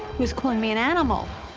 he was calling me an animal.